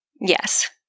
yes